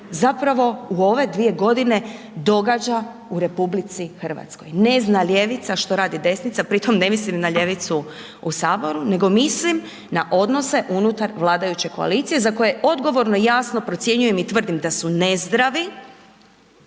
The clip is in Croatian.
zapravo u ove 2 g. događa u RH. Ne zna ljevica što radi desnica, pri tom ne mislim na ljevicu u Saboru nego mislim na odnose unutar vladajuće koalicije za koje odgovorno, jasno procjenjujem i tvrdim da su nezdravi,